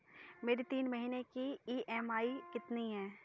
मेरी तीन महीने की ईएमआई कितनी है?